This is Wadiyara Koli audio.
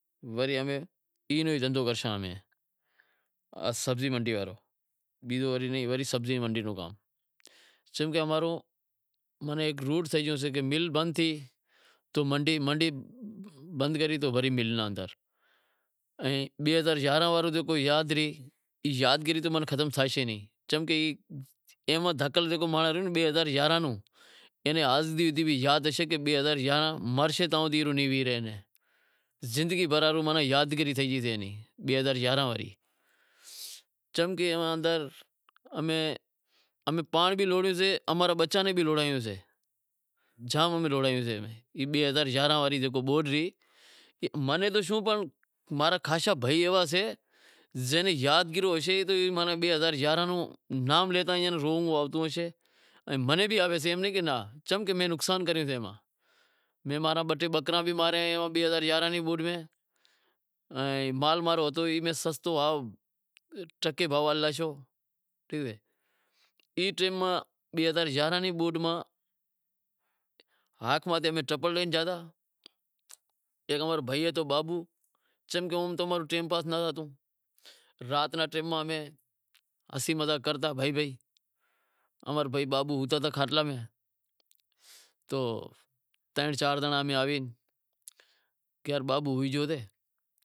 وری امیں ای رو ای دہندہو کرشاں، بیزو نئیں، سبزی منڈو واڑو، چم کہ امارو ای روٹ تھئی گیو سے کہ مل بند تھی تو منڈی، منڈی بند تھی تو وری مل ناں آوتا رہاں، ائیں بئے ہزار یارانہں واڑی یادگیری تو ختم تھئیشے نیں، چمکہ زکو دھکل مانڑاں رہیا بئے ہزار یارانہں را اینا آز بھی یاد ہوشے کہ زندگی بھر ری یادگیری تھئی گئی ہوشے بئے ہزار یارانہں ری، چمکہ اوئاں اندر امیں پانڑ بھی لوڑیو سے امارے بچاں نیں بھی لوڑایو سے، جام لوڑایو سے، بئے ہزار یارانہں واڑی جکو بوڈ رہی، ماناں شوں کروں، ماں را خاشا بھائی ایوا ہوشیں جے ناں یادگیرو ہوشے کہ بئے ہزار یارانہں روں نام لتو ایئاں ناں روونڑ آوتو ہوشے، ایئں منیں بھی آوشے ایم نائیں کہ ناں چمکہ امیں نقصان کریو سے۔ میں ماں را بئے ترن باکرا بھی ماریا ایں ایئے بئے ہزار یارانہں ری بوڈ میں ائیں مال ماں رو ہتو ائیں سستو ای ٹیم ماں بئے ہزار یارانہں ری بوڈ ماں ہاٹ ماتھے میں ٹپڑ راکھیا ہتا ماں رو بھائی ہتو تو رات رے ٹیم ماں ام ہنسی مذاق کرتا بھائی بھائی تو ترن چار زانڑا آوے کہیں